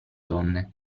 donne